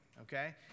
Okay